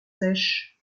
sèches